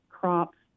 crops